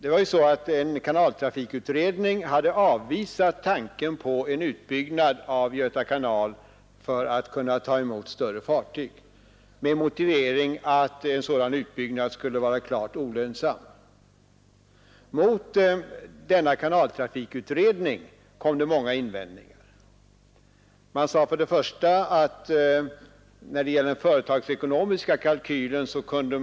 En kanaltrafikutredning har avvisat tanken på en utbyggnad av Göta kanal för att kunna ta emot större fartyg, detta med motiveringen att en sådan utbyggnad skulle vara klart olönsam. Mot denna kanaltrafikutredning kom emellertid många invändningar. Det framfördes bl.a. vissa invändningar när det gällde den företagsekonomiska kalkylen.